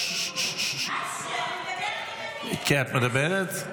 את מדברת?